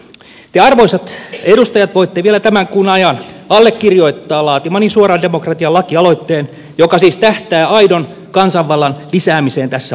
te arvoisat edustajat voitte vielä tämän kuun ajan allekirjoittaa laatimani suoran demokratian lakialoitteen joka siis tähtää aidon kansanvallan lisäämiseen tässä maassa